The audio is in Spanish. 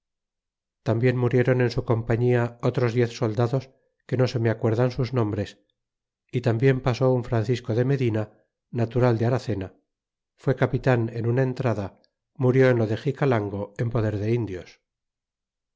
tambien muriéron en su compañia otros diez soldados que no se me acuerdan sus nombres y tambien pasó un francisco de medina natural de aracena fué capitan en una entrada murió en lo de xicalango en poder de indios